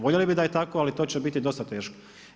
Voljeli bi da je tako, ali to će biti dosta teško.